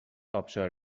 ابشار